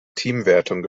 teamwertung